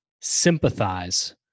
sympathize